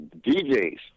DJs